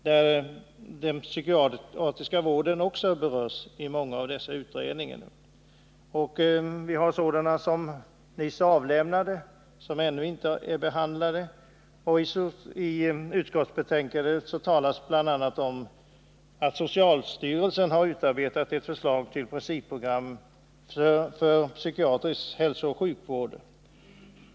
I många av dessa utredningar berörs också just den psykiatriska vården. Det finns sådana som nyss har avlämnat betänkanden, vilka alltså ännu inte är behandlade. I utskottsbetänkandet talas bl.a. om att socialstyrelsen har utarbetat ett förslag till principprogram för psykiatrisk hälsooch sjukvård.